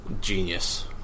Genius